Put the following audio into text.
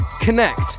connect